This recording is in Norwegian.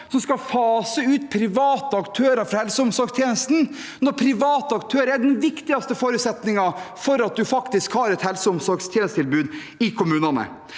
som skal fase ut private aktører fra helse- og omsorgstjenesten, når private aktører er den viktigste forutsetningen for at en faktisk har et helse- og omsorgstjenestetilbud i kommunene.